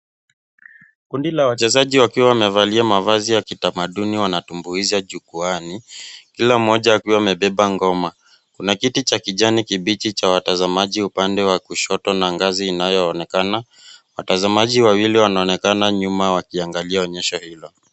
Kundi la wachezaji wakiwa wamevalia mavazi ya kitamaduni wanatumbuiza jukwaani , kila mmoja akiwa amebeba ngoma . Kuna kiti cha kijani kibichi cha watazamaji upande wa kushoto na ngazi inayoonekana. Watazamaji wawili wanaonekana nyuma wakiangalia onyesho hilo.